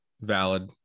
valid